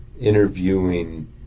interviewing